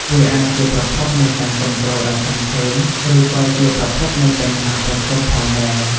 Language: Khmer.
វាអាចជាប្រភពនៃការគាំទ្រដ៏ធំធេង ឬក៏ជាប្រភពនៃបញ្ហាប្រឈមផងដែរ ។